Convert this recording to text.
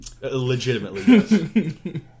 Legitimately